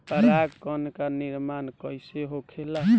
पराग कण क निर्माण कइसे होखेला?